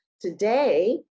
Today